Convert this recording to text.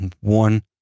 one